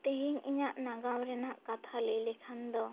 ᱛᱤᱦᱤᱧ ᱤᱧᱟᱹᱜ ᱱᱟᱜᱟᱢ ᱨᱮᱱᱟᱜ ᱠᱟᱛᱷᱟ ᱞᱟᱹᱭ ᱞᱮᱠᱷᱟᱱ ᱫᱚ